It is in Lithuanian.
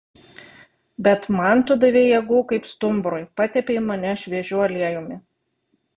bet man tu davei jėgų kaip stumbrui patepei mane šviežiu aliejumi